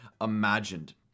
imagined